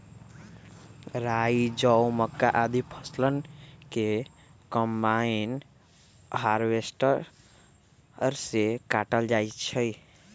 राई, जौ, मक्का, आदि फसलवन के कम्बाइन हार्वेसटर से काटल जा हई